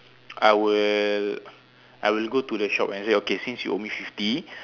I will I will go to the shop and say since you owe me fifty